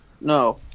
no